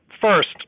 first